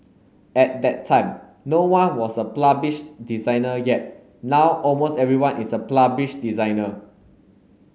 at that time no one was a published designer yet now almost everyone is a published designer